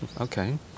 okay